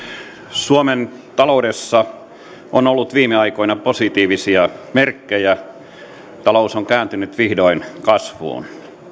suomen taloudessa on ollut viime aikoina positiivisia merkkejä talous on kääntynyt vihdoin kasvuun